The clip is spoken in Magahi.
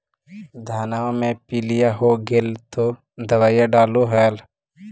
धनमा मे पीलिया हो गेल तो दबैया डालो हल?